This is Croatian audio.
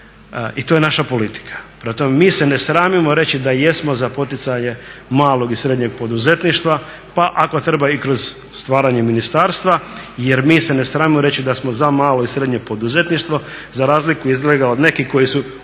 I to je naša politika. Prema tome mi se ne sramimo reći da jesmo za poticanje malog i srednjeg poduzetništva pa ako treba i kroz stvaranje ministarstva jer mi se ne sramimo reći da smo za malo i srednje poduzetništvo za razliku izgleda od nekih koji su